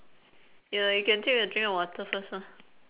you uh you can take a drink of water first ah